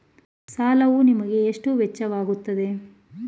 ಸಾಲವು ನಿಮಗೆ ಎಷ್ಟು ವೆಚ್ಚವಾಗುತ್ತದೆ?